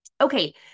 Okay